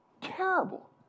Terrible